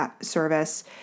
service